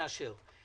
נאשר.